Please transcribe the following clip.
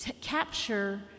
capture